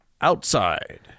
outside